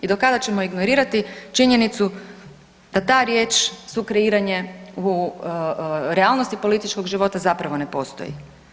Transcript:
I do kada ćemo ignorirati činjenicu da ta riječ sukreiranje u realnosti političkog života zapravo ne postoji?